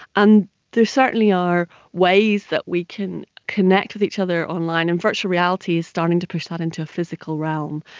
and there certainly are ways that we can connect with each other online, and virtual reality is starting to push that into a physical realm.